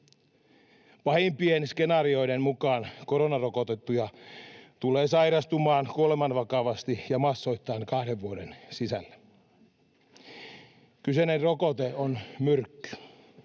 Pahimpien skenaarioiden mukaan koronarokotettuja tulee sairastumaan kuolemanvakavasti ja massoittain kahden vuoden sisällä. Kyseinen rokote on myrkky,